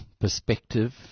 perspective